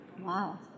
Wow